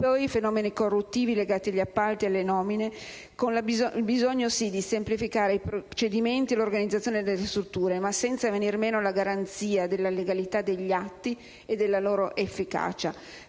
poi i fenomeni corruttivi legati agli appalti e alle nomine, e il bisogno di semplificare i procedimenti e l'organizzazione delle strutture, ma senza venir meno alla garanzia della legalità degli atti e della loro efficacia.